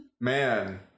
man